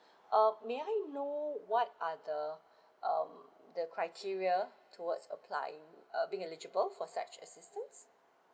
uh may I know what are the um the criteria towards applying uh being eligible for such assistance